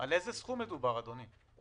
על איזה סכום מדובר, אדוני?